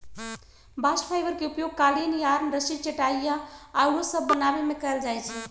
bast fibre के उपयोग कालीन, यार्न, रस्सी, चटाइया आउरो सभ बनाबे में कएल जाइ छइ